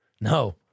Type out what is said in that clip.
no